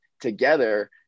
together